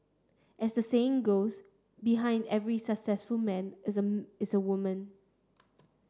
as the saying goes Behind every successful man is is a woman